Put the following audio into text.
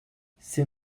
c’est